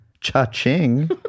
Cha-ching